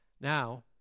Now